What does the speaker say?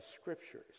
scriptures